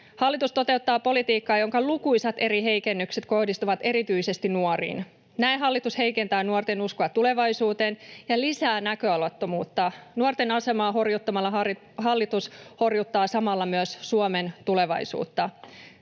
Hallitus toteuttaa politiikkaa, jonka lukuisat eri heikennykset kohdistuvat erityisesti nuoriin. Näin hallitus heikentää nuorten uskoa tulevaisuuteen ja lisää näköalattomuutta. Nuorten asemaa horjuttamalla hallitus horjuttaa samalla myös Suomen tulevaisuutta.